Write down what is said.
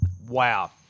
Wow